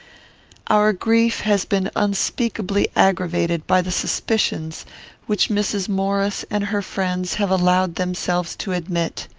our grief has been unspeakably aggravated by the suspicions which mrs. maurice and her friends have allowed themselves to admit.